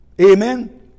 amen